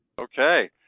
Okay